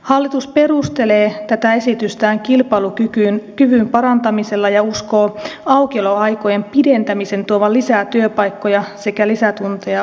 hallitus perustelee tätä esitystään kilpailukyvyn parantamisella ja uskoo aukioloaikojen pidentämisen tuovan lisää työpaikkoja sekä lisätunteja alalle